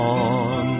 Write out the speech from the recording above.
on